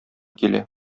килә